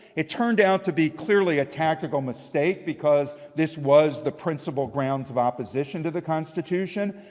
it turned out to be clearly a tactical mistake, because this was the principle grounds of opposition to the constitution.